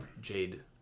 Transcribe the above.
jade